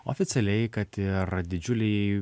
oficialiai kad ir didžiuliai